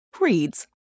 reads